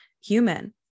human